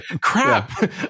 Crap